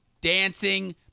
dancing